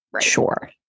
sure